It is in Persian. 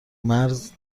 مرز